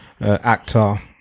actor